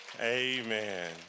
Amen